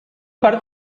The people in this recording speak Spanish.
par